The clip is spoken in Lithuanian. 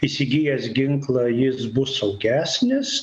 įsigijęs ginklą jis bus saugesnis